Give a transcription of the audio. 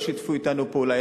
ולא שיתפו אתנו פעולה,